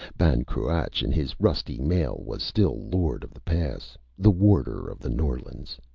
ban cruach in his rusty mail was still lord of the pass, the warder of the norlands.